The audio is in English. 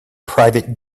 private